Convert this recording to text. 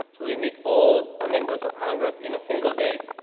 so we meet all ah members of congress in a single day.